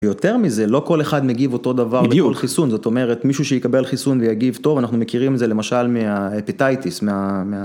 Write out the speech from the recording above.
ויותר מזה לא כל אחד מגיב אותו דבר בכל חיסון, זאת אומרת מישהו שיקבל חיסון ויגיב טוב אנחנו מכירים את זה למשל מהאפיטייטיס, מה...